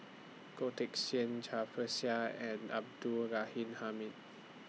Goh Teck Sian Cai Bixia and Abdul Ghani Hamid